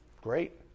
Great